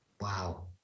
Wow